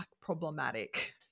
problematic